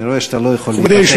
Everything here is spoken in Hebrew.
אני רואה שאתה לא יכול להתאפק יותר.